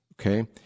Okay